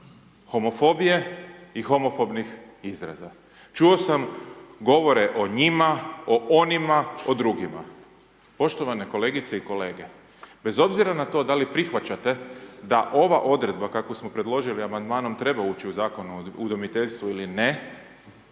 homofobije i homofobnih izraza. Čuo sam govore o njima, o onima, o drugima. Poštovane kolegice i kolege, bez obzira na to da li prihvaćate da ova odredba, kakvu smo predložili Amandmanom, treba ući u Zakon o udomiteljstvu ili ne,